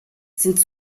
sind